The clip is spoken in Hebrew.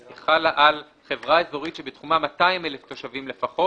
היא חלה על חברה אזורית שבתחומה 200 אלף תושבים לפחות,